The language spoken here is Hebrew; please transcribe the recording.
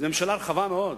זאת ממשלה רחבה מאוד.